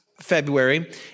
February